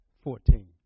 Fourteen